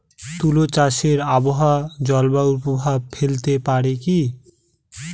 তুলা চাষে আবহাওয়া ও জলবায়ু প্রভাব ফেলতে পারে কি?